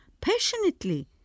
passionately